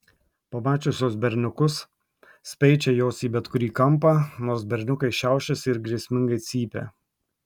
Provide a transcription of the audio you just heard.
pamačiusios berniukus speičia jos į bet kurį kampą nors berniukai šiaušiasi ir grėsmingai cypia